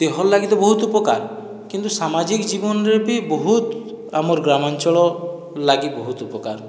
ଦେହର୍ ଲାଗି ତ ବହୁତ ଉପକାର କିନ୍ତୁ ସାମାଜିକ୍ ଜୀବନରେ ବି ବହୁତ ଆମର ଗ୍ରାମାଞ୍ଚଳ ଲାଗି ବହୁତ ଉପକାର